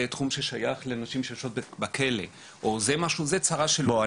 זה תחום ששייך לנשים שיושבות בכלא או שזה צרה של --- בוא,